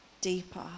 deeper